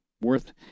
worth